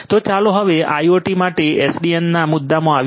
તો ચાલો હવે IOT માટે એસડીએન ના મુદ્દા માં આવીએ